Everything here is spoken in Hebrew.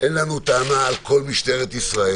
אין לנו טענה על כל משטרת ישראל